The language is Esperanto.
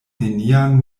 nenian